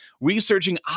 researching